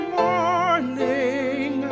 morning